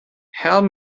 help